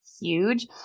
huge